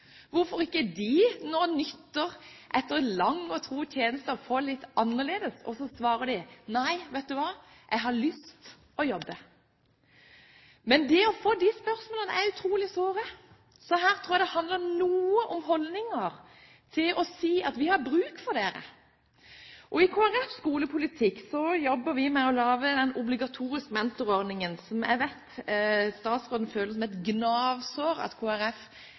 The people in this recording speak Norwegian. hvorfor de ikke etter lang og tro tjeneste nyter å få det litt annerledes. Så svarer de: Nei, vet du hva, jeg har lyst til å jobbe. Men det å få disse spørsmålene er utrolig sårende. Så her tror jeg det handler noe om holdninger som sier: Vi har bruk for dere. I Kristelig Folkepartis skolepolitikk jobber vi med å lage en obligatorisk mentorordning, og jeg vet at statsråden føler det som et gnagsår at